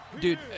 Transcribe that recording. Dude